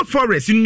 Forest